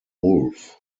wolf